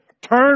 Turn